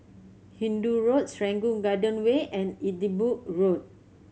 Hindoo Road Serangoon Garden Way and Edinburgh Road